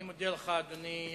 אני מודה לך, אדוני.